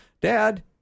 Dad